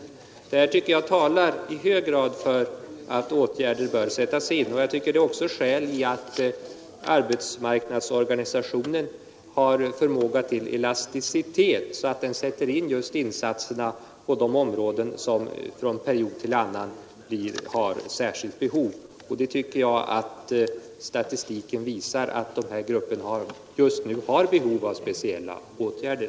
Dessa siffror tycker jag i hög grad visar att åtgärder bör sättas in. Arbetsmarknadsorganisationen bör också vara så elastisk från en period till en annan att åtgärder kan vidtas just på de områden där de behövs. Statistiken visar att grupperna tjänstemän och akademiker just nu har behov av speciella åtgärder.